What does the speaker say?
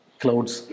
clouds